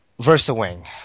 VersaWing